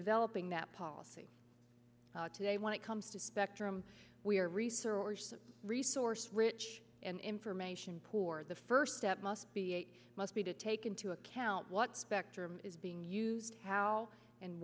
developing that policy today when it comes to spectrum we are resource resource rich and information poor the first step must be a must be to take into account what spectrum is being used how and